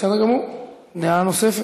בסדר גמור, דעה נוספת.